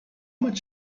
much